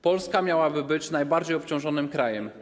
Polska miałaby być najbardziej obciążonym krajem.